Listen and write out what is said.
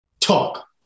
talk